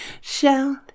Shout